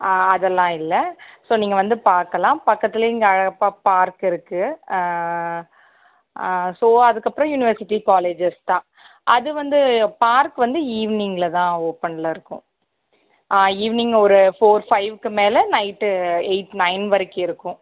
ஆ அதெல்லாம் இல்லை ஸோ நீங்கள் வந்து பார்க்கலாம் பக்கத்திலே இங்கே அழகப்பா பார்க் இருக்குது ஸோ அதுக்கப்புறம் யூனிவர்சிட்டி காலேஜஸ் தான் அது வந்து பார்க் வந்து ஈவ்னிங்கில் தான் ஓப்பனில் இருக்கும் ஈவ்னிங் ஒரு ஃபோர் ஃபைவ்க்கு மேலே நைட்டு எயிட் நையன் வரைக்கும் இருக்கும்